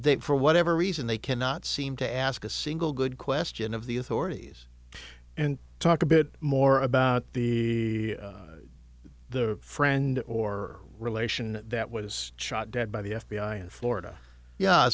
they for whatever reason they cannot seem to ask a single good question of the authorities and talk a bit more about the friend or relation that was shot dead by the f b i in florida yeah